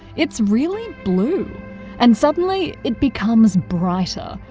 it's really blue and suddenly, it becomes brighter.